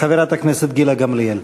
חברת הכנסת גילה גמליאל.